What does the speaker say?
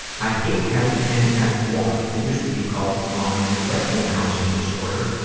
i hate having n f one it used to be called von recklinghausen disorder.